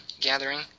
gathering